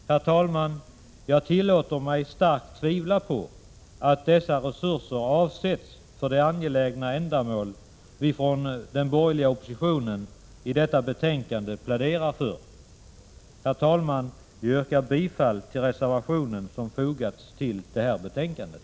Jag tillåter mig emellertid, herr talman, starkt tvivla på att dessa resurser avsätts för de angelägna ändamål som vi från den borgerliga oppositionen pläderar för i detta betänkande. Herr talman! Jag yrkar bifall till den reservation som fogats till betänkandet.